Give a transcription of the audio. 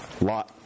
Lot